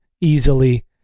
easily